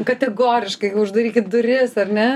kategoriškai uždarykit duris ar ne